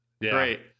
Great